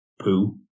poo